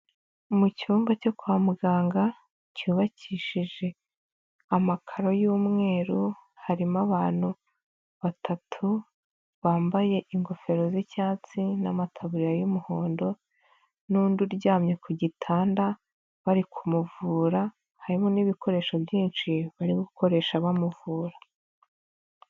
Mu cyumba cyo kwa muganga cyubakishije amakaro y'umweru, harimo abantu batatu bambaye ingofero z'icyatsi n'amataburiya y'umuhondo n'undi uryamye ku gitanda bari kumuvura, harimo n'ibikoresho byinshi bari gukoresha bamuvura.